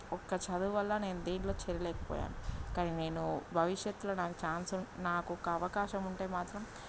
ఒక్క చదువు వల్ల నేను దేంట్లో చేరలేకపోయాను కానీ నేను భవిష్యత్తులో నాకు ఛాన్స్ ఉంటే నాకు ఒక అవకాశం ఉంటే మాత్రం